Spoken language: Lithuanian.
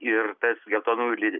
ir tas geltonųjų